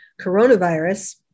coronavirus